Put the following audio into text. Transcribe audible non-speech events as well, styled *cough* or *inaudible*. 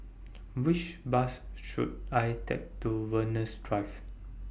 *noise* Which Bus should I Take to Venus Drive